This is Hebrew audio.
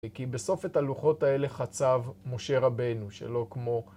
כי בסוף את הלוחות האלה חצב משה רבנו שלא כמו